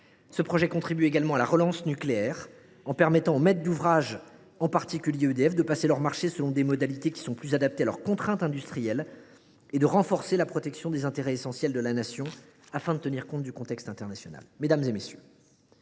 Il contribue également à la relance nucléaire, en permettant aux maîtres d’ouvrage de projets nucléaires, en particulier EDF, de passer leurs marchés selon des modalités plus adaptées à leurs contraintes industrielles et de renforcer la protection des intérêts essentiels de la Nation, afin de tenir compte de l’évolution du contexte international.